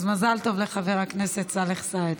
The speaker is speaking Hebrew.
אז מזל טוב לחבר הכנסת סאלח סעד.